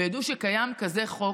וידעו שקיים כזה חוק,